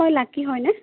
ঐ লাকী হয়নে